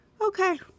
Okay